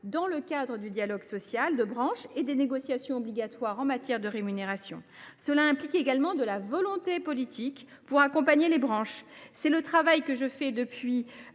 dans le cadre du dialogue social à l’échelle des branches et des négociations obligatoires en matière de rémunération. Cela implique également de la volonté politique pour accompagner les branches. Depuis le mois